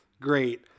great